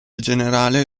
generale